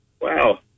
Wow